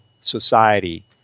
society